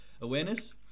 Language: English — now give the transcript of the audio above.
awareness